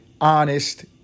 honest